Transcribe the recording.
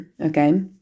Okay